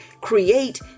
create